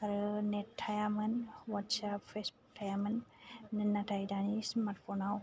आरो नेट थायामोन WhatsApp Facebook थायामोन नाथाय दानि स्मार्टफनाव